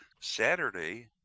Saturday